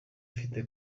mfite